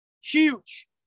Huge